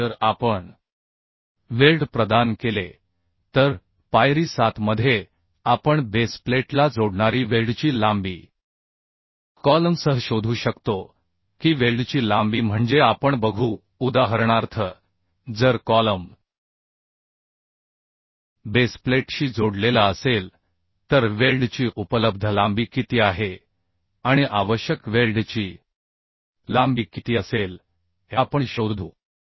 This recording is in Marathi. आणि जर आपण वेल्ड प्रदान केले तर पायरी 7 मध्ये आपण बेस प्लेटला जोडणारी वेल्डची लांबी कॉलमसह शोधू शकतो की वेल्डची लांबी म्हणजे आपण बघू उदाहरणार्थ जर कॉलम बेस प्लेटशी जोडलेला असेल तर वेल्डची उपलब्ध लांबी किती आहे आणि आवश्यक वेल्डची लांबी किती असेल हे आपण शोधू